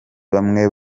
bamwe